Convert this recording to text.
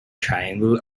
triangle